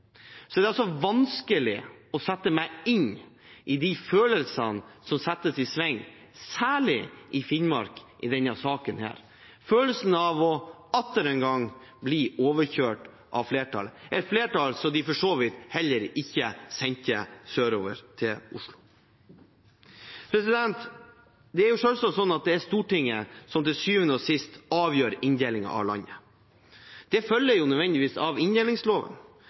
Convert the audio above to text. settes i sving, særlig i Finnmark, i denne saken – følelsen av atter en gang å bli overkjørt av flertallet, et flertall som de for så vidt heller ikke sendte sørover til Oslo. Det er selvsagt slik at det er Stortinget som til syvende og sist avgjør inndelingen av landet. Det følger nødvendigvis av inndelingsloven.